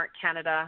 Canada